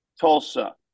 Tulsa